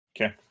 Okay